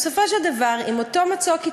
בסופו של דבר, אם מישהו מקים על המצוק את